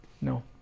No